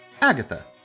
Agatha